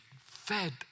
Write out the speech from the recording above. fed